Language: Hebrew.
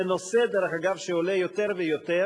זה נושא, דרך אגב, שעולה יותר ויותר.